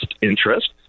interest